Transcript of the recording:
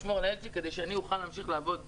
לשמור על הילד שלי כדי שאני אוכל להמשיך לעבוד פה.